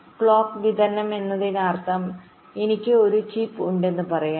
clock വിതരണം എന്നതിന്റെ അർത്ഥം എനിക്ക് ഒരു ചിപ്പ് ഉണ്ടെന്ന് പറയാം